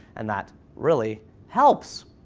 and that really helps.